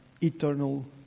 eternal